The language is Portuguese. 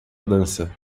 dança